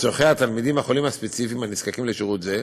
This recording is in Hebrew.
לצורכי התלמידים החולים הספציפיים הנזקקים לשירות זה,